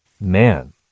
man